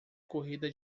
corrida